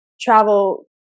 travel